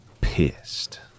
pissed